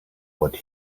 what